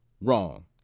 Wrong